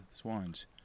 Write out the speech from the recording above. swans